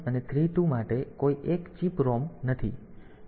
તેથી 8031 અને 32 માટે કોઈ એક ચિપ રોમ નથી